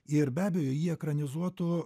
ir be abejo jį ekranizuotų